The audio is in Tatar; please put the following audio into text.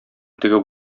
тегеп